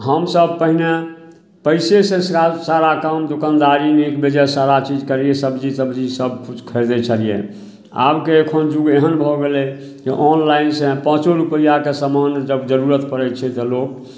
हमसभ पहिने पइसेसँ सारा काम दोकानदारी नीक बेजाए सारा चीज करिए सबजी सबजी सबकिछु खरिदै छलिए आबके एखन जुग एहन भऽ गेलै जँ ऑनलाइनसे पाँचो रुपैआके समान जब जरूरत पड़ै छै तऽ लोक